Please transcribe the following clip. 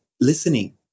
listening